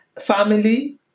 family